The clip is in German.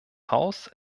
haus